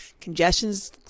congestion's